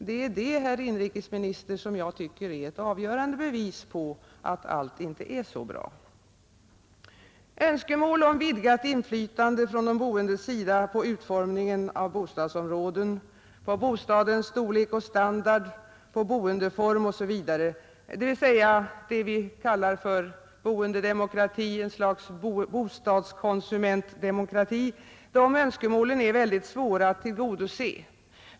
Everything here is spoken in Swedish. Det är detta, herr inrikesminister, som jag tycker är ett avgörande bevis på att allt inte är så bra. Önskemål om vidgat inflytande från de boendes sida på utformningen av bostadsområden, bostadens storlek och standard, boendeform osv., dvs, vad vi kallar för boendedemokrati, ett slags bostadskonsumentdemokrati, är mycket svåra att tillgodose.